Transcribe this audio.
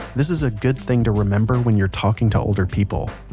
this is a good thing to remember when you're talking to older people.